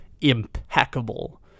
impeccable